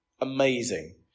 amazing